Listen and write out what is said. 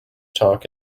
talk